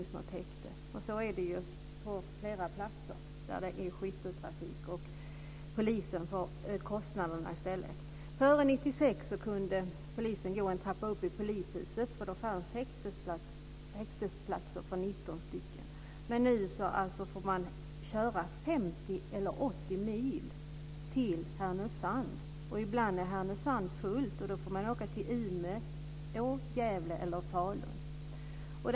Så är det på flera platser. Man åker i skytteltrafik, och poliserna får kostnaderna. Före 1996 kunde polisen gå en trappa upp i polishuset, för då fanns det häktesplatser för 19 stycken. Men nu får man alltså köra 50 eller 80 mil. Man får åka till Härnösand. Ibland är Härnösand fullt. Då får man åka till Umeå, Gävle eller Falun.